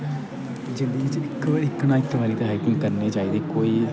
जिंदगी च इक ना इक बारी करनी चाहिदी कोई